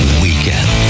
weekend